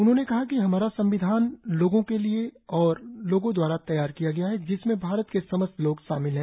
उन्होंने कहा कि हमारा संविधान लोगों के लिए और लोगोंद्वारा तैयार किया गया है जिसमें भारत के समस्त लोग शामिल हैं